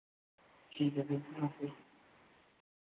ठीक है फिर नमस्ते